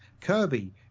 Kirby